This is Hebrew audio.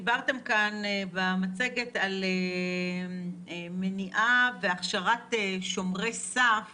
דיברתם כאן במצגת על מניעה והכשרת שומרי סף